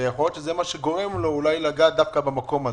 יכול להיות שזה מה שגורם לו לגעת דווקא במקום הזה.